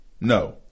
No